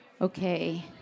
Okay